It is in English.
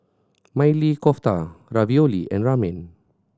Maili Kofta Ravioli and Ramen